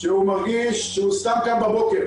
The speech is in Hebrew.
שהוא מרגיש שהוא סתם קם בבוקר.